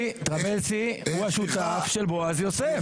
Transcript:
טרבלסי הוא השותף של בועז יוסף.